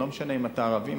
לא משנה אם אתה ערבי,